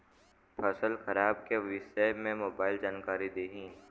फसल खराब के विषय में मोबाइल जानकारी देही